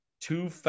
Two